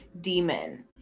demon